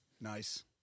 Nice